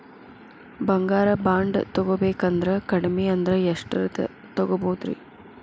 ಬಂಗಾರ ಬಾಂಡ್ ತೊಗೋಬೇಕಂದ್ರ ಕಡಮಿ ಅಂದ್ರ ಎಷ್ಟರದ್ ತೊಗೊಬೋದ್ರಿ?